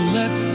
let